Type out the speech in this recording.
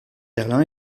berlin